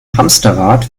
hamsterrad